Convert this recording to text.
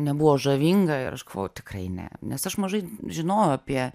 nebuvo žavinga ir aš galvojau tikrai ne nes aš mažai žinojau apie